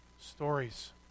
Stories